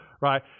right